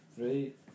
Right